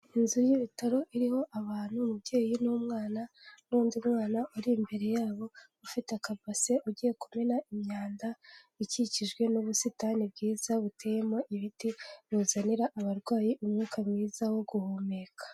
Inzu y'ibitaro iriho abantu umubyeyi n'umwana n'undi mwana uri imbere yabo ufite akabase ugiye kumena imyanda ikikijwe n'ubusitani bwiza buteyemo ibiti buzanira abarwayi umwuka mwiza wo guhumeka.